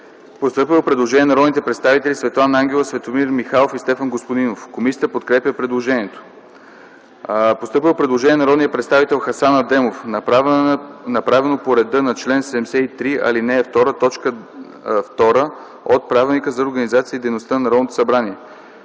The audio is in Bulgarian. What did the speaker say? постъпило предложение на народните представители Светлана Ангелова, Светомир Михайлов и Стефан Господинов. Комисията подкрепя предложението. Постъпило е предложение на народния представител Хасан Адемов, направено по реда на чл. 73, ал. 2, т. 2 от Правилника за организацията и дейността на Народното събрание